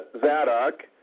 Zadok